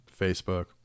Facebook